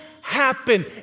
happen